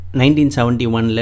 1971